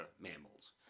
mammals